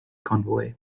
convoy